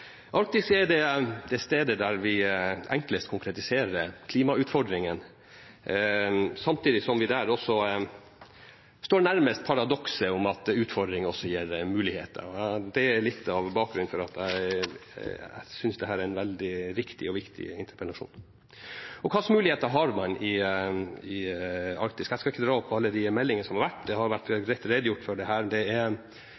er det stedet der vi enklest konkretiserer klimautfordringene, samtidig som vi der også står nærmest paradokset om at utfordringer også gir muligheter. Det er litt av bakgrunnen for at jeg synes dette er en veldig riktig og viktig interpellasjon. Hvilke muligheter har man i Arktis? Jeg skal ikke dra opp alle de meldingene som har vært – det har det vært greit redegjort for her. Forskning er